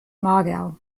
mager